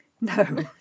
No